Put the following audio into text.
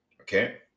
Okay